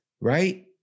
right